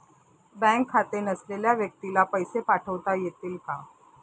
Bank खाते नसलेल्या व्यक्तीला पैसे पाठवता येतील का?